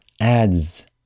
adds